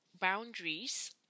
boundaries